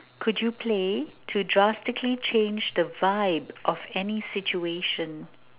could you play to drastically change the vibe of any situation